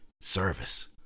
service